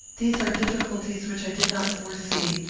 these are difficulties which i did not foresee.